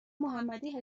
محمدی